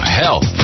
health